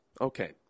okay